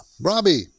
Robbie